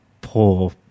poor